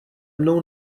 mnou